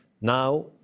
Now